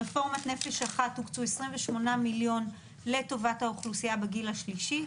ברפורמת "נפש אחת" הוקצו 28 מיליון לטובת האוכלוסייה בגיל השלישי,